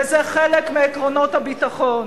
וזה חלק מעקרונות הביטחון.